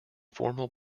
formal